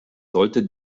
sollte